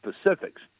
specifics